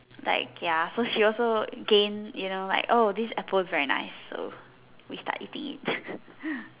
like ya so she also gain you know like oh this apple is very nice so we start eating it